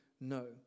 no